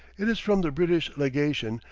it is from the british legation,